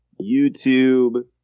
YouTube